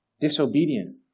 Disobedient